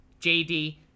jd